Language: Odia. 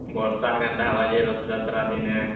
ବର୍ଷା ଯେନ୍ତା ହେବା ଯେ ରଥଯାତ୍ରା ଦିନେ